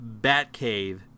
Batcave